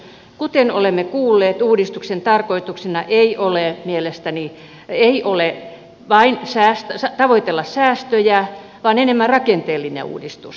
kuten olemme kuulleet uudistuksen tarkoituksena ei ole vain tavoitella säästöjä vaan enemmän rakenteellinen uudistus